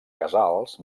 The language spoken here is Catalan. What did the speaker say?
casals